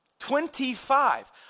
Twenty-five